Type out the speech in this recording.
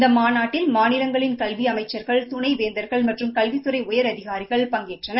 இந்த மாநாட்டில் மாநிலங்களின் கல்வி அமைச்சிகள் துணைவேந்தா்கள் மற்றும் கல்வித்துறை உயரதிகாரிகள் பங்கேற்கின்றனர்